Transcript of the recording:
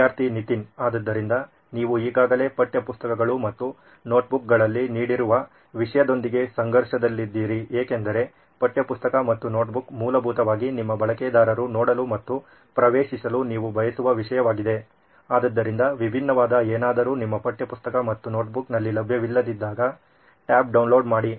ವಿದ್ಯಾರ್ಥಿ ನಿತಿನ್ ಆದ್ದರಿಂದ ನೀವು ಈಗಾಗಲೇ ಪಠ್ಯಪುಸ್ತಕಗಳು ಮತ್ತು ನೋಟ್ಬುಕ್ಗಳಲ್ಲಿ ನೀಡುತ್ತಿರುವ ವಿಷಯದೊಂದಿಗೆ ಸಂಘರ್ಷದಲ್ಲಿದ್ದೀರಿ ಏಕೆಂದರೆ ಪಠ್ಯಪುಸ್ತಕ ಮತ್ತು ನೋಟ್ಬುಕ್ ಮೂಲಭೂತವಾಗಿ ನಿಮ್ಮ ಬಳಕೆದಾರರು ನೋಡಲು ಮತ್ತು ಪ್ರವೇಶಿಸಲು ನೀವು ಬಯಸುವ ವಿಷಯವಾಗಿದೆ ಆದ್ದರಿಂದ ವಿಭಿನ್ನವಾದ ಏನಾದರೂ ನಿಮ್ಮ ಪಠ್ಯಪುಸ್ತಕ ಮತ್ತು ನೋಟ್ಬುಕ್ನಲ್ಲಿ ಲಭ್ಯವಿಲ್ಲದಿದ್ದಾಗ ಟ್ಯಾಬ್ ಡೌನ್ಲೋಡ್ ಮಾಡಿ